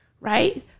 right